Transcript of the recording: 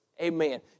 Amen